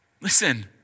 Listen